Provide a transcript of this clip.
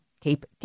keep